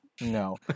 no